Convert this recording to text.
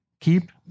keep